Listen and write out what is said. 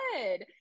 good